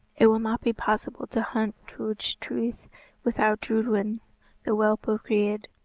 it will not be possible to hunt turch truith without drudwyn the whelp of greid,